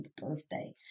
birthday